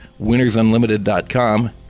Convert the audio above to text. winnersunlimited.com